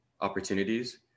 opportunities